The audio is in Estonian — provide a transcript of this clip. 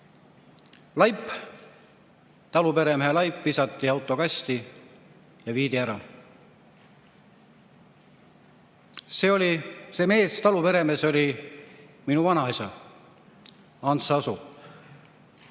Taluperemehe laip visati autokasti ja viidi ära. See taluperemees oli minu vanaisa Hans Asu.